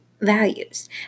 values